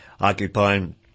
occupying